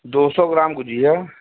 दो सौ ग्राम गुझिया